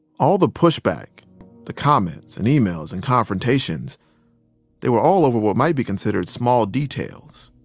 all the pushback the comments and emails and confrontations they were all over what might be considered small details.